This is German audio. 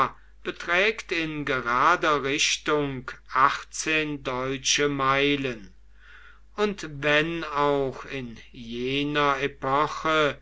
beträgt in gerader richtung achtzehn deutsche meilen und wenn auch in jener epoche